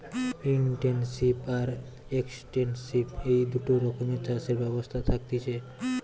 intensive আর extensive এই দুটা রকমের চাষের ব্যবস্থা থাকতিছে